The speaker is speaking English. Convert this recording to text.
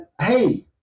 hey